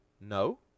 no